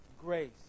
grace